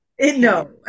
No